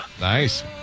Nice